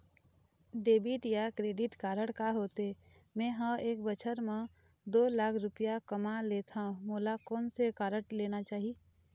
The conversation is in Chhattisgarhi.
डेबिट या क्रेडिट कारड का होथे, मे ह एक बछर म दो लाख रुपया कमा लेथव मोला कोन से कारड लेना चाही?